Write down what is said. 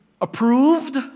approved